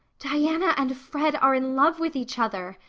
diana and fred are in love with each other,